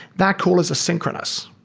that call is asynchronous,